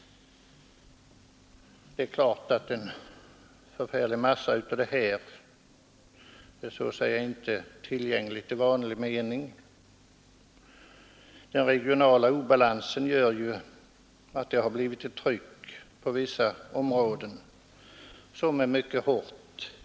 Det är klart att en stor del av denna areal inte är tillgänglig i vanlig mening. Den regionala obalansen gör ju att det blir ett hårt tryck på vissa områden.